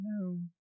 no